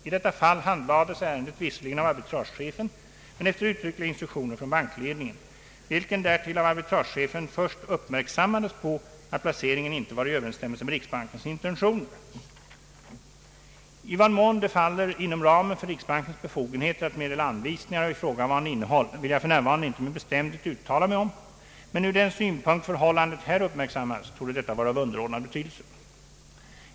I detta fall handlades ärendet visserligen av arbitragechefen men efter uttryckliga instruktioner från bankledningen, vilken därtill av arbitragechefen först uppmärksammades på att placeringen inte var i Ööverensstämmelse med riksbankens intentioner.